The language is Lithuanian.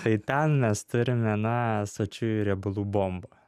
tai ten mes turime na sočiųjų riebalų bombą